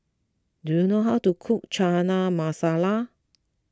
do you know how to cook Chana Masala